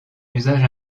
usage